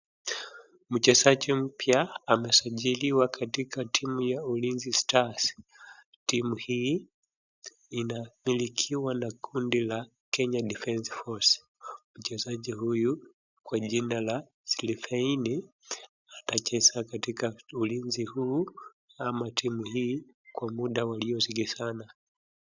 Mchezaji mpya amesajiliwa katika timu ya ulinzi stars. Timu hii inamilikiwa na kundi la Kenya Defence Force. Mchezaji huyu kwa jina la Slyvaine atacheza katika ulinzi huu ama timu hii kwa munda waliosikizana.